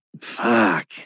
Fuck